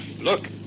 Look